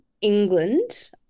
England